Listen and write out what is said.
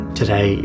today